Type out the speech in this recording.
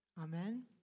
Amen